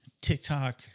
TikTok